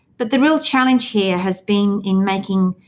but the real challenge here has been in making,